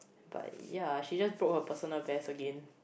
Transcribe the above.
but ya she just broke her personal best again